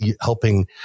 helping